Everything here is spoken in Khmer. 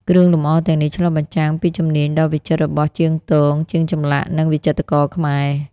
គ្រឿងលម្អទាំងនេះឆ្លុះបញ្ចាំងពីជំនាញដ៏វិចិត្ររបស់ជាងទង ជាងចម្លាក់ និងវិចិត្រករខ្មែរ។